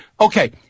Okay